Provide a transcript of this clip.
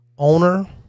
Owner